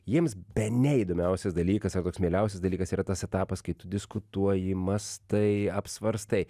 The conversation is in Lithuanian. jiems bene įdomiausias dalykas ar toks mieliausias dalykas yra tas etapas kai tu diskutuoji mąstai apsvarstai